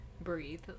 breathe